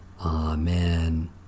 Amen